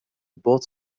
bot